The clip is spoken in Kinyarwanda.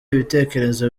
ibitekerezo